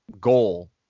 goal